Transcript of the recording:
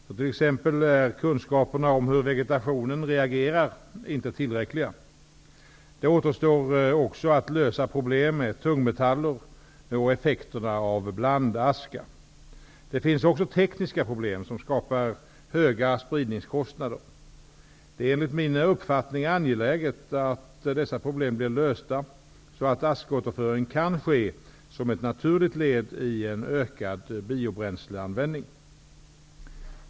Så t.ex. är kunskaperna om hur vegetationen reagerar inte tillräckliga. Det återstår också att lösa problem med tungmetaller och effekterna av blandaska. Det finns också tekniska problem som skapar höga spridningskostnader. Det är enligt min uppfattning angeläget att dessa problem blir lösta, så att askåterföring kan ske som ett naturligt led i en ökad biobränsleanvändning.